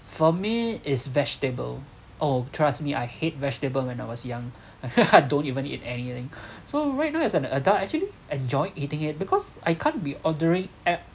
for me it's vegetable oh trust me I hate vegetable when I was young I don't even eat anything so right now as an adult actually enjoyed eating it because I can't be ordering app